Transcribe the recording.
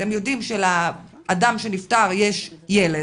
אתם יודעים שלאדם שנפטר יש ילד